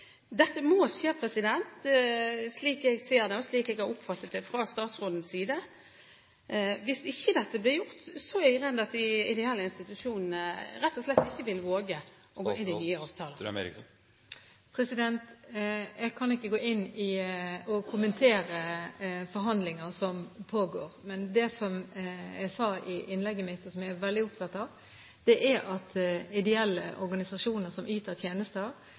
Dette må skje, slik jeg ser det, og slik jeg har oppfattet statsråden. Hvis ikke dette blir gjort, er jeg redd de ideelle institusjonene rett og slett ikke vil våge å gå inn i nye avtaler. Jeg kan ikke gå inn og kommentere forhandlinger som pågår. Men det jeg sa i innlegget mitt, og som jeg er veldig opptatt av, er at ideelle organisasjoner som yter tjenester,